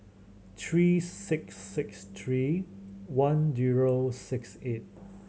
three six six three one zero six eight